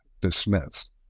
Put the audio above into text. dismissed